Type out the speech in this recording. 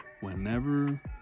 whenever